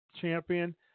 champion